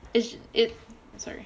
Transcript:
if it sorry